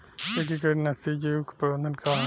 एकीकृत नाशी जीव प्रबंधन का ह?